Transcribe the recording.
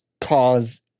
cause